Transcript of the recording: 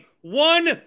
One